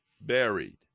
buried